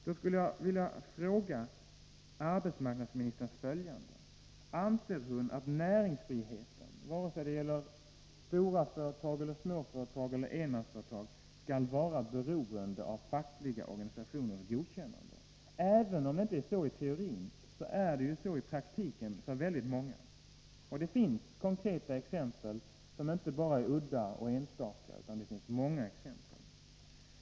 Då skulle jag vilja fråga arbetsmarknadsministern följande: Anser arbetsmarknadsministern att näringsfriheten, vare sig det gäller stora företag, små företag eller enmansföretag, skall vara beroende av fackliga organisationers godkännande? Även om det inte är så i teorin, är det på detta sätt i praktiken för väldigt många. Det finns konkreta exempel — det är inte bara några enstaka, några udda exempel, utan det är många exempel.